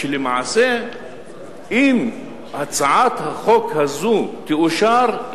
שאם הצעת החוק הזו תאושר,